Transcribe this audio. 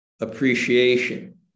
appreciation